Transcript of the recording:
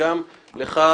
וגם לך,